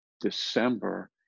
December